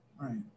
Right